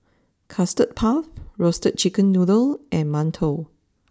custard Puff Roasted Chicken Noodle and Mantou